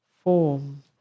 form